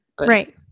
right